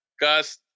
Gus